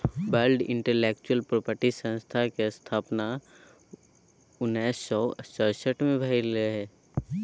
world intellectual property संस्था केर स्थापना उन्नैस सय सड़सठ मे भेल रहय